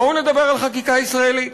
בואו נדבר על חקיקה ישראלית.